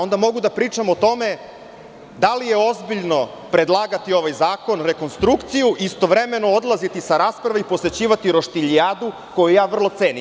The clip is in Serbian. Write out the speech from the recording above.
Onda mogu da pričam o tome, da li je ozbiljno predlagati ovaj zakon, rekonstrukciju, i istovremeno odlaziti sa rasprave i posećivati roštiljijadu koju ja vrlo cenim.